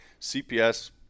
CPS